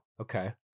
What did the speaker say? Okay